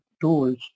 tools